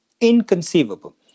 inconceivable